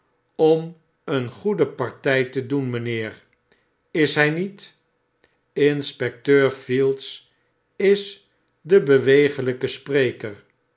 om een goede party te doen mijnheer is hy niet inspecteur field is de beweeglyke spreker